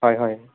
হয় হয়